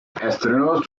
estrenó